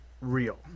real